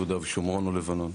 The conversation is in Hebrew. יהודה ושומרון או לבנון.